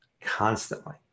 constantly